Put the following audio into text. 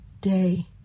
day